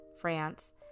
France